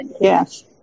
Yes